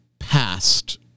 Past